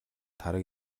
тараг